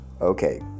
Okay